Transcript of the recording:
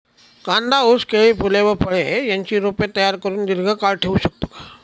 कांदा, ऊस, केळी, फूले व फळे यांची रोपे तयार करुन दिर्घकाळ ठेवू शकतो का?